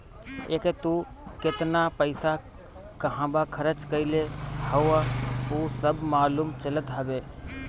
एके तू केतना पईसा कहंवा खरच कईले हवअ उ सब मालूम चलत हवे